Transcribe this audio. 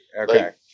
Okay